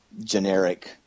generic